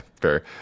fair